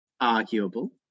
arguable